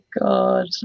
God